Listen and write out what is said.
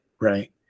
Right